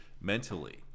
mentally